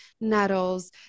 nettles